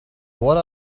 what